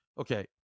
Okay